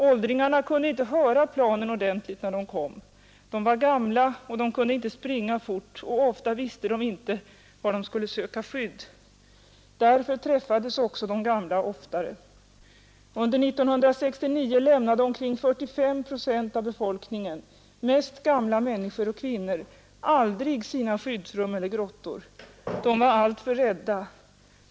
Åldringarna kunde inte höra planen ordentligt när de kom. De var gamla och de kunde inte springa fort, och ofta visste de inte var de skulle söka skydd. Därför träffades också de gamla oftare. Under 1969 lämnade omkring fyrtiofem procent av befolkningen, mest gamla människor och kvinnor, aldrig sina skyddsrum eller grottor. De var alltför rädda.